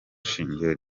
shingiro